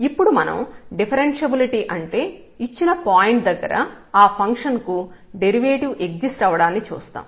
ఇప్పుడు మనం డిఫరెన్షబులిటీ అంటే ఇచ్చిన పాయింట్ దగ్గర ఆ ఫంక్షన్ కు డెరివేటివ్ ఎగ్జిస్ట్ అవ్వడాన్ని చూస్తాం